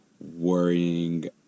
worrying